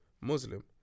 Muslim